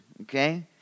okay